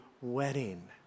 wedding